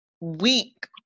week